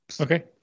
Okay